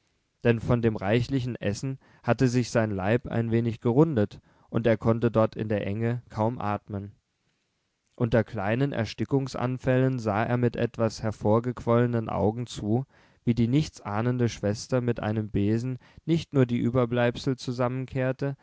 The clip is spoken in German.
denn von dem reichlichen essen hatte sich sein leib ein wenig gerundet und er konnte dort in der enge kaum atmen unter kleinen erstickungsanfällen sah er mit etwas hervorgequollenen augen zu wie die nichtsahnende schwester mit einem besen nicht nur die überbleibsel zusammenkehrte